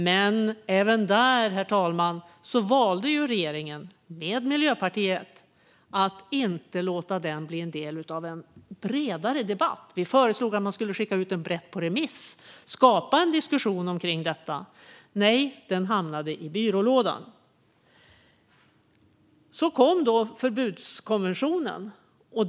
Men även där valde regeringen, med Miljöpartiet, att inte låta den bli en del av en bredare debatt. Vi föreslog att man skulle skicka ut den brett på remiss och skapa en diskussion om detta. Men nej, den hamnade i byrålådan. Så kom då förbudskonventionen.